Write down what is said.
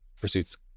Pursuit's